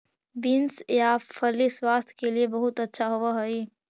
beans या फली स्वास्थ्य के लिए बहुत अच्छा होवअ हई